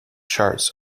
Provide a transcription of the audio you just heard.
charts